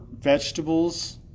vegetables